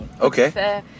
Okay